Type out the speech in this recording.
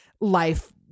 life